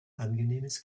angenehmes